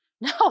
No